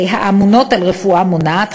האמונות על רפואה מונעת,